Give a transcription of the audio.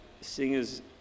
Singers